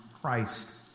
Christ